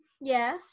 Yes